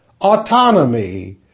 autonomy